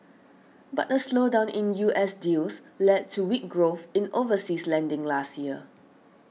but a slowdown in U S deals led to weak growth in overseas lending last year